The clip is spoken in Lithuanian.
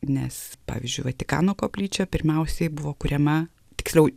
nes pavyzdžiui vatikano koplyčia pirmiausiai buvo kuriama tiksliau